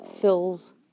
fills